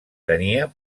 tenia